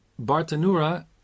Bartanura